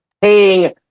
paying